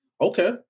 Okay